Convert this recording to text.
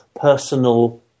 personal